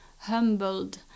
humbled